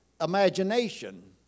imagination